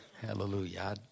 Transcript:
hallelujah